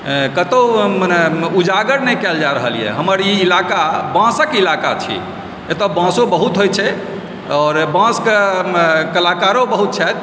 कतहु मने उजागर नहि कयल जा रहल यऽ हमर ई इलाका बाँसक इलाका छी एतऽ बाँसो बहुत होइ छै आओर बाँसके कलाकारो बहुत छथि